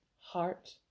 heart